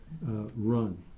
run